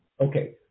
Okay